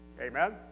Amen